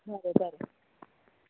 बरें बरें